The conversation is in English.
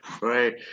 Right